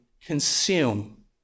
consume